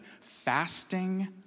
fasting